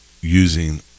using